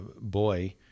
boy